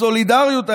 הסולידריות הישראלית,